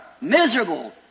miserable